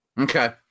Okay